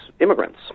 immigrants